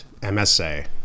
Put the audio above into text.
msa